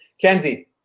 Kenzie